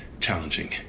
challenging